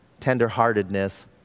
tenderheartedness